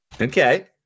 Okay